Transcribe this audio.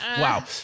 Wow